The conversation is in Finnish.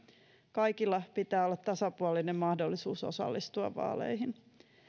kaikilla pitää olla tasapuolinen mahdollisuus osallistua vaaleihin